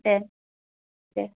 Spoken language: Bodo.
दे दे